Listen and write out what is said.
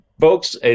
folks